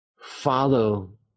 Follow